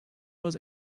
was